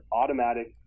automatic